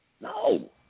no